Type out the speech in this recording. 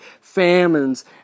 famines